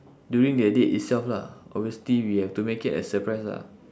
during the date itself lah obviously we have to make it a surprise lah